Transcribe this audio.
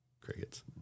Crickets